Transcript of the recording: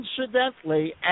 incidentally